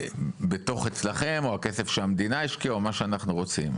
הכסף בתוך אצלכם או הכסף שהמדינה השקיעה או מה שאנחנו רוצים,